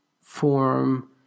form